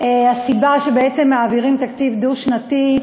הסיבה שמעבירים תקציב דו-שנתי,